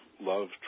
love